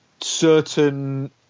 certain